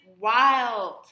wild